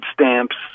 stamps